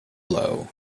low